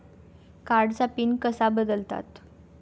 कार्डचा पिन कसा बदलतात?